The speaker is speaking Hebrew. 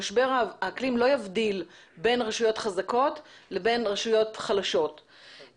משבר האקלים לא יבדיל בין רשויות חזקות לבין רשויות חלשות.